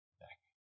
back